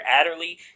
Adderley